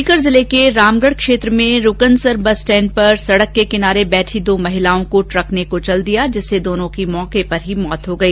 सीकर जिले के रामगढ क्षेत्र में रूकनसर बस स्टेण्ड पर सड़क के किनारे बैठी दो महिलाओं को ट्रक ने कुचल दिया जिससे दोनों की मौके पर ही मौत हो गई